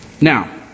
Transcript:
Now